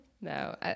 No